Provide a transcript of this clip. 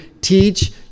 teach